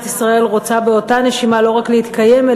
ישראל רוצה באותה נשימה לא רק להתקיים,